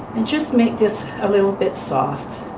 and just make this a little bit soft.